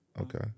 Okay